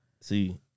See